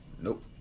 Nope